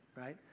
right